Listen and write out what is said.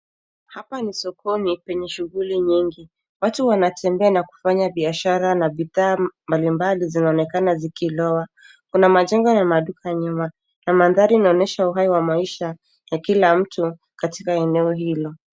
Hapa ni sokoni penye shughuli nyingi. Watu wanatembea na kufanya biashara na bidhaa mbalimbali zinaonekana zikilowa. Kuna majengo ya maduka nyuma, na mandhari inaonyesha uhai wa maisha ya kila mtu katika eneo hilo.